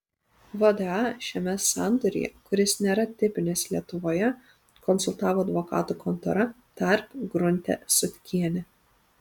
vda šiame sandoryje kuris nėra tipinis lietuvoje konsultavo advokatų kontora tark grunte sutkienė